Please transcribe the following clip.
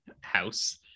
house